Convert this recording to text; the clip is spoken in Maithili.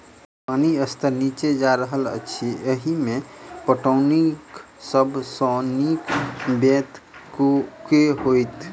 पानि स्तर नीचा जा रहल अछि, एहिमे पटौनीक सब सऽ नीक ब्योंत केँ होइत?